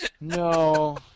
No